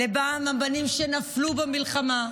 למען הבנים שנפלו במלחמה,